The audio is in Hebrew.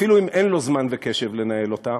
אפילו אם אין לו זמן וקשב לנהל אותם.